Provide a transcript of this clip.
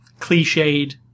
cliched